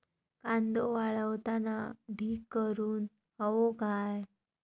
कांदो वाळवताना ढीग करून हवो काय?